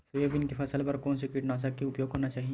Soybean के फसल बर कोन से कीटनाशक के उपयोग करना चाहि?